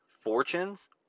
Fortunes